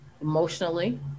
emotionally